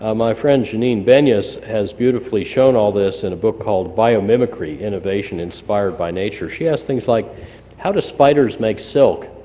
um my friend, janine benyus, has beautifully shown all this in a book called biomimicry innovation inspired by nature. she asks things like how do spiders make silk,